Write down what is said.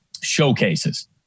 showcases